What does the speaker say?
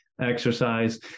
exercise